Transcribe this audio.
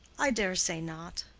i dare say not.